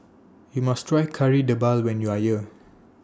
YOU must Try Kari Debal when YOU Are here